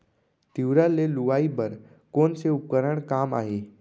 तिंवरा के लुआई बर कोन से उपकरण काम आही?